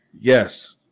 Yes